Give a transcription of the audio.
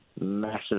massive